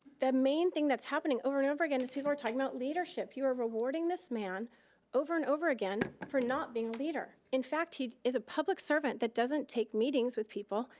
the main thing that's happening over and over again, is people are talking about leadership. you are rewarding this man over and over again, for not being a leader. in fact, he is a public servant, that doesn't take meetings with people.